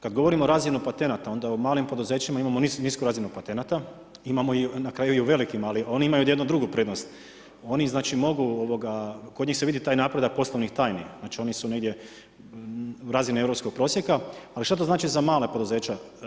Kad govorimo o raznim patentima, onda u malim poduzećima imamo nisku razinu patenata, imamo i na kraju u velikim ali oni imaju jednu drugu prednost, oni mogu, kod njih se vidi taj napredak poslovnih tajni, znači oni su negdje razine europskog prosjeka ali šta to znači za mala poduzeća?